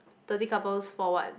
thirty couples for what